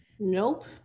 nope